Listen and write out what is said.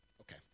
Okay